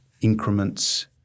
increments